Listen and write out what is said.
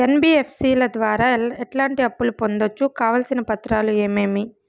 NBFC ల ద్వారా ఎట్లాంటి అప్పులు పొందొచ్చు? కావాల్సిన పత్రాలు ఏమేమి?